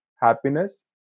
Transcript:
happiness